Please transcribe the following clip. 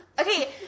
Okay